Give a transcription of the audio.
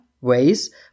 ways